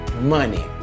money